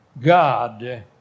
God